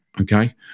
okay